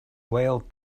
whale